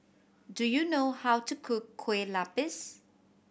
do you know how to cook Kueh Lapis